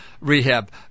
rehab